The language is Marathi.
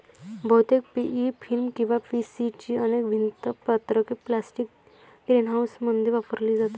बहुतेक पी.ई फिल्म किंवा पी.सी ची अनेक भिंत पत्रके प्लास्टिक ग्रीनहाऊसमध्ये वापरली जातात